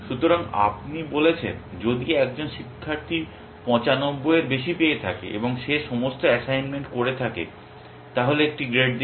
সুতরাং আপনি বলেছেন যদি একজন শিক্ষার্থী 95 এর বেশি পেয়ে থাকে এবং সে সমস্ত অ্যাসাইনমেন্ট করে থাকে তাহলে একটি গ্রেড দিন